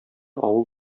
авыл